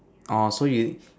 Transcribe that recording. orh so you